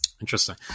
Interesting